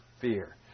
fear